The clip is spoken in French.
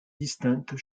distinctes